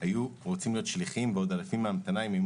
היו רוצים להיות שליחים ועוד אלפים בהמתנה אם היו